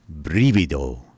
Brivido